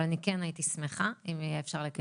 אני כן הייתי שמחה אם היה אפשר לקיים דיון.